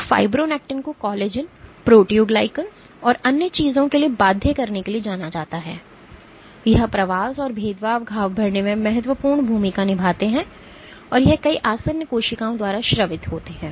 तो फाइब्रोनेक्टिन को collagen proteoglycans और अन्य चीजों के लिए बाध्य करने के लिए जाना जाता है यह प्रवास और भेदभाव घाव भरने में बहुत महत्वपूर्ण भूमिका निभाता है और यह कई आसन्न कोशिकाओं द्वारा स्रावित होता है